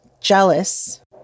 jealous